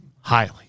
Highly